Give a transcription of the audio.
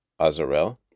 Azarel